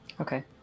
Okay